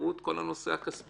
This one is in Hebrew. תגמרו את כל הנושא הכספי.